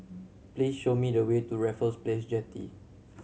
please show me the way to Raffles Place Jetty